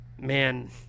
man